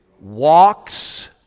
Walks